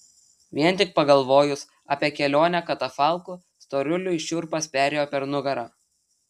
vien tik pagalvojus apie kelionę katafalku storuliui šiurpas perėjo per nugarą